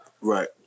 right